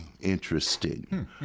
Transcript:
interesting